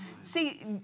See